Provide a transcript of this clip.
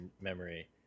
memory